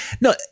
no